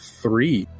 three